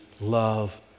love